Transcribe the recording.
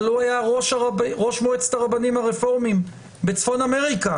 אבל הוא היה ראש מועצת הרבנים הרפורמיים בצפון אמריקה,